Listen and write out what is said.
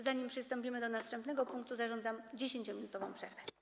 Zanim przystąpimy do następnego punktu, zarządzam 10-minutową przerwę.